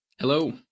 Hello